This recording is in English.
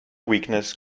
weakness